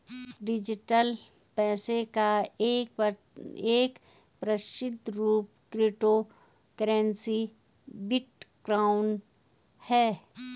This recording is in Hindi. डिजिटल पैसे का एक प्रसिद्ध रूप क्रिप्टो करेंसी बिटकॉइन है